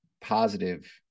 positive